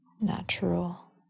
natural